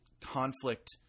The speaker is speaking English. conflict